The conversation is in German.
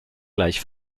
gleich